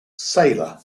sailor